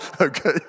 Okay